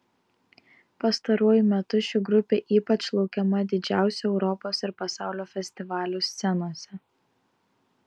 pastaruoju metu ši grupė ypač laukiama didžiausių europos ir pasaulio festivalių scenose